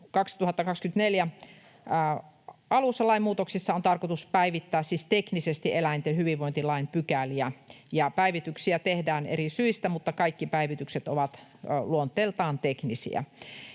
2024 alussa. Lainmuutoksissa on tarkoitus päivittää — siis teknisesti — eläinten hyvinvointilain pykäliä. Päivityksiä tehdään eri syistä, mutta kaikki päivitykset ovat luonteeltaan teknisiä.